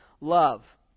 love